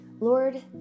Lord